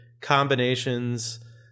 combinations